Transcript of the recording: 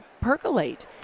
percolate